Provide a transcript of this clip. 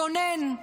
גונן,